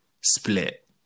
split